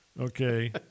Okay